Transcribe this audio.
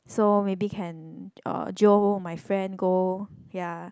so maybe can uh jio my friend go ya